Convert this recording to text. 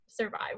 survive